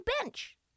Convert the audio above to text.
bench